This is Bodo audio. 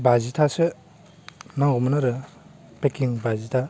बाजिथासो नांगौमोन आरो पेकिं बाजि था